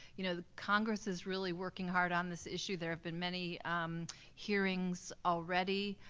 you know congress is really working hard on this issue. there have been many hearings already,